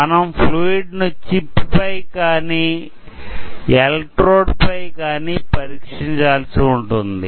మనం ఫ్లూయిడ్ ను చిప్ పై కానీ ఎలక్ట్రోడ్ పై కానీ పరీక్షించాల్సి ఉంటుంది